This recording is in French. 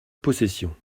possession